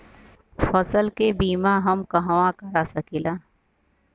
फसल के बिमा हम कहवा करा सकीला?